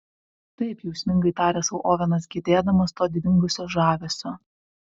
taip jausmingai tarė sau ovenas gedėdamas to dingusio žavesio